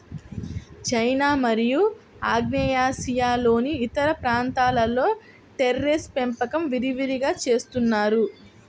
China మరియు ఆగ్నేయాసియాలోని ఇతర ప్రాంతాలలో టెర్రేస్ పెంపకం విరివిగా చేస్తున్నారు